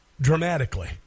dramatically